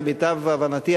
למיטב הבנתי,